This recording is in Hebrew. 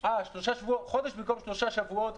חודש במקום שלושה שבועות,